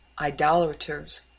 idolaters